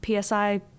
PSI